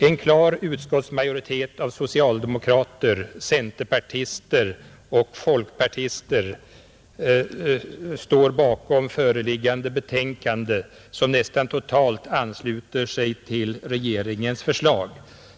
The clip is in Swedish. En klar majoritet av socialdemokrater, centerpartister och folkpartister står bakom föreliggande betänkande, som nästan totalt ansluter sig till regeringens förslag.